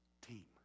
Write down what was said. team